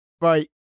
Right